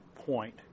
Point